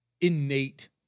innate